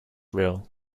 reel